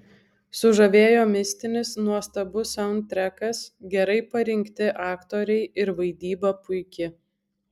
sužavėjo mistinis nuostabus saundtrekas gerai parinkti aktoriai ir vaidyba puiki